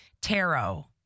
taro